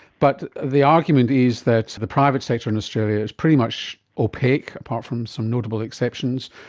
but the argument is that the private sector in australia is pretty much opaque, apart from some notable exceptions,